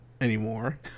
Anymore